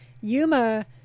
Yuma